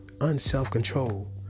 Unself-control